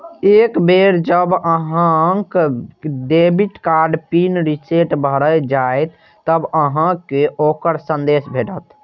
एक बेर जब अहांक डेबिट कार्ड पिन रीसेट भए जाएत, ते अहांक कें ओकर संदेश भेटत